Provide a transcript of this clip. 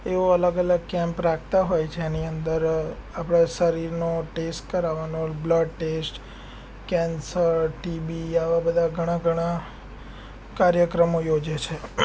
એવો અલગ અલગ કેમ્પ રાખતા હોય જેની અંદર આપણા શરીરનો ટેસ્ટ કરાવવાનો બ્લડ ટેસ્ટ કેન્સર ટીબી આવા બધાં ઘણાં ઘણાં કાર્યક્રમો યોજે છે